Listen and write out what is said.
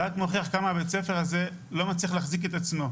זה רק מוכיח כמה הבית ספר הזה לא מצליח להחזיק את עצמו.